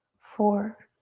four,